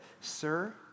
Sir